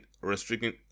restricting